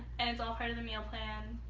and it's all part of the meal plan.